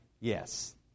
Yes